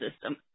system